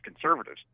conservatives